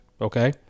Okay